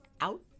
out